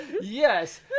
Yes